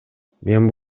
мен